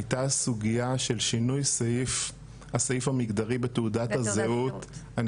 הייתה הסוגייה של שינוי הסעיף המגדרי בתעודת הזהות.